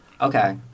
Okay